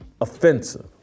offensive